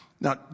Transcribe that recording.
Now